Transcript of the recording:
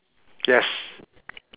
yes